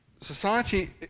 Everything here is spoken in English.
society